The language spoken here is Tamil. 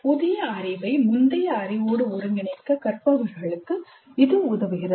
புதிய அறிவை முந்தைய அறிவோடு ஒருங்கிணைக்க கற்பவர்களுக்கு உதவுகிறது